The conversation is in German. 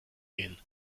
gehen